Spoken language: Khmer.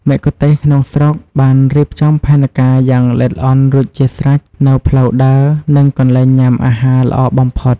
មគ្គុទ្ទេសក៍ក្នុងស្រុកបានរៀបចំផែនការយ៉ាងល្អិតល្អន់រួចជាស្រេចនូវផ្លូវដើរ និងកន្លែងញ៉ាំអាហារល្អបំផុត